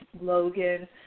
Logan